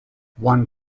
one